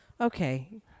Okay